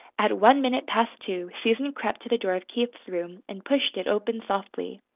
at one minute past two susan crept to the door of keith's room and pushed it open softly.